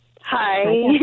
Hi